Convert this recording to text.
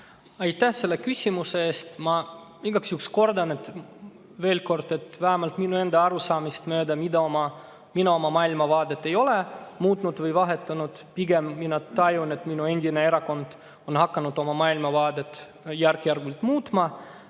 Aitäh selle küsimuse eest! Ma igaks juhuks kordan veel, et vähemalt minu arusaamist mööda ma oma maailmavaadet muutnud või vahetanud ei ole. Pigem ma tajun, et minu endine erakond on hakanud oma maailmavaadet järk-järgult muutma.